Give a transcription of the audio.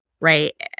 right